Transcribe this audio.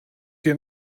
dir